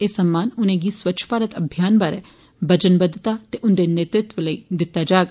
एह् सम्मान उनेंगी स्वच्छ भारत अभियान बारै बचनबद्धता ते उन्दे नेतृत्व लेई दित्ता जाग